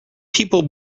people